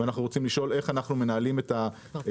ואנחנו רוצים לשאול איך אנחנו מנהלים את הסיטואציה